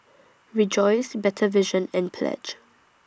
Rejoice Better Vision and Pledge